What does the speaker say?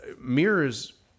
mirrors